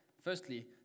Firstly